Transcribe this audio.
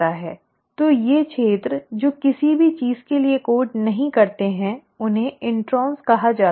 ऐसा है तो ये क्षेत्र जो किसी भी चीज़ के लिए कोड नहीं करते हैं उन्हें इंट्रोन्स"introns" कहा जाता है